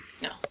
No